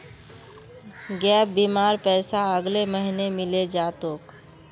gap बीमार पैसा अगले महीने मिले जा तोक